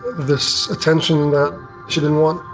this attention that she didn't want.